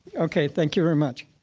okay, thank you very much.